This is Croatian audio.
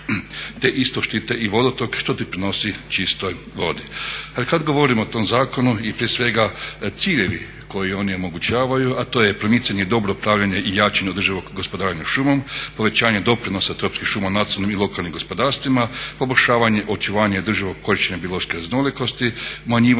te isto štite i vodotok što doprinosi čistoj vodi. Kad govorimo o tom zakonu i prije svega ciljevi koje on omogućava, a to je primicanje dobrog upravljanja i jačanja održivog gospodarenja šumom, povećanja doprinosa tropskih šuma u nacionalnim i lokalnim gospodarstvima, poboljšavanje očuvanja …/Govornik se ne razumije./… korištenja